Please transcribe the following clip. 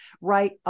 right